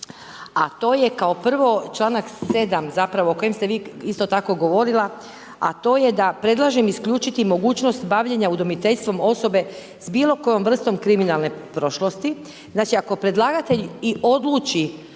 a to je kao prvo članak 7. zapravo, o kojem ste vi isto tako govorila, a to je da predlažem isključiti mogućnost, bavljenja udomiteljstva osobe s bilo kojom vrstom kriminalne prošlosti. Ako predlagatelj i odluči